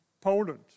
Poland